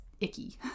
icky